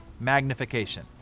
magnification